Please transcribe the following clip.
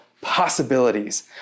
possibilities